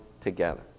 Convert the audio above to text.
together